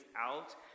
out